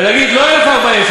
ולהגיד: לא 1,040,